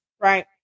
right